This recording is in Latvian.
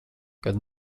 kad